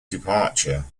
departure